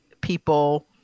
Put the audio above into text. people